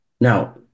Now